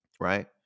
right